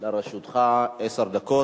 לרשותך עשר דקות,